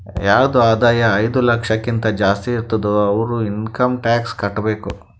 ಯಾರದ್ ಆದಾಯ ಐಯ್ದ ಲಕ್ಷಕಿಂತಾ ಜಾಸ್ತಿ ಇರ್ತುದ್ ಅವ್ರು ಇನ್ಕಮ್ ಟ್ಯಾಕ್ಸ್ ಕಟ್ಟಬೇಕ್